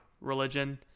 religion